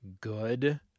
good